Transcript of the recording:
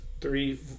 three